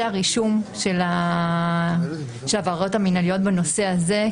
הרישום של העבירות המינהליות בנושא הזה,